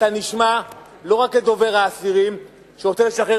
אתה נשמע לא רק כדובר האסירים שרוצה לשחרר